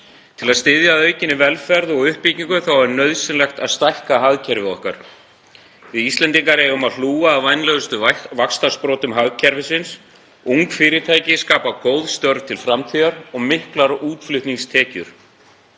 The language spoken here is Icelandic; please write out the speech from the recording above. Til að stuðla að aukinni velferð og uppbyggingu er nauðsynlegt að stækka hagkerfið okkar. Við Íslendingar eigum að hlúa að vænlegustu vaxtarsprotum hagkerfisins. Ung fyrirtæki skapa góð störf til framtíðar og miklar útflutningstekjur.